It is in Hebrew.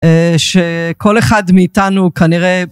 שכל אחד מאיתנו כנראה.